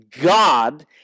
God